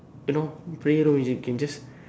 you know prayer room you can just